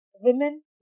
women